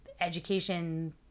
education